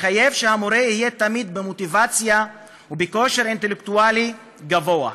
מתחייב שהמורה יהיה תמיד במוטיבציה ובכושר אינטלקטואלי גבוה.